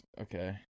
okay